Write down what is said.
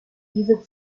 diese